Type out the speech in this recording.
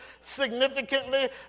significantly